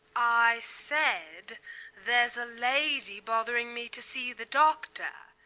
i said theres a lady bothering me to see the doctor.